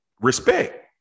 Respect